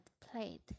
plate